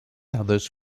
others